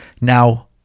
Now